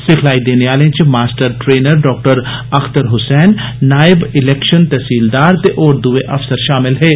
सिखलाई देने आलें च मास्टर ट्रेनर डॉ अख्तर हुसैन नायब इलैक्षन तेहसीलदार ते होर दुए अफसर षामल हे